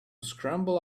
scramble